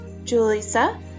julissa